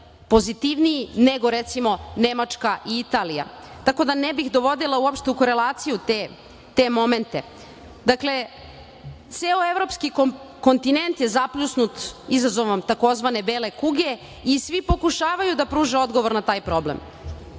pozitivniji, nego recimo, Nemačka i Italija. Tako da ne bih dovodila uopšte u korelaciju te memente. Dakle, ceo Evropski kontinent je zapljusnut izazovom tzv. bele kuge, i svi pokušavaju da pruže odgovor na taj problem.